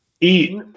Eat